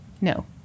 No